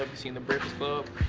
see in the breakfast club,